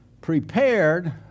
prepared